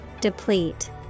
deplete